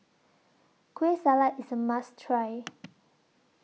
Kueh Salat IS A must Try